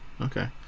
okay